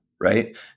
Right